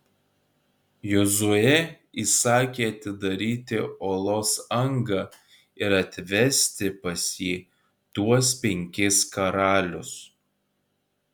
jozuė įsakė atidaryti olos angą ir atvesti pas jį tuos penkis karalius